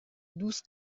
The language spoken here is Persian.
دوست